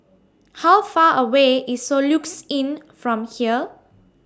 How Far away IS Soluxe Inn from here